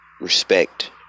respect